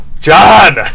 John